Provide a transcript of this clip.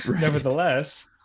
nevertheless